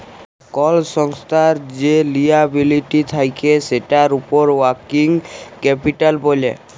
call সংস্থার যে liability থাক্যে সেটার উপর ওয়ার্কিং ক্যাপিটাল ব্যলে